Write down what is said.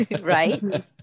right